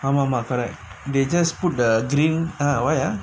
ஆமா ஆமா:aamaa aamaa correct they just put the drink ah why ah